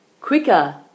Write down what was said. quicker